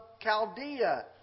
Chaldea